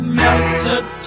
melted